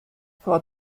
frau